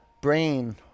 brain